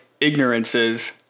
ignorances